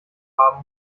haben